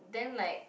then like